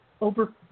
over